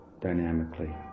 dynamically